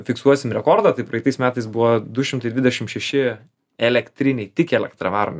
fiksuosim rekordą tai praeitais metais buvo du šimtai dvidešim šeši elektriniai tik elektra varomi